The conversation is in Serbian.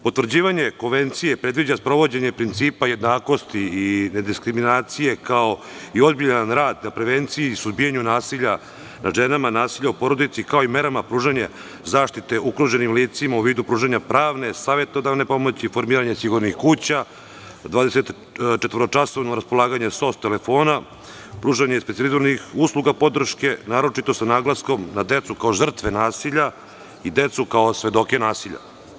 Potvrđivanje Konvencije predviđa sprovođenje principa jednakosti i nediskriminacije kao i ozbiljan rad na prevenciji i suzbijanju nasilja nad ženama, nasilja u porodici, kao i merama pružanja zaštite ugroženim licima u vidu pružanja pravne, savetodavne pomoći, formiranja sigurnih kuća, dvadestčetvoročasovno raspolaganje SOS telefona, pružanje specijalizovanih usluga podrške, naročito sa naglaskom na decu kao žrtve nasilja i decu kao svedoke nasilja.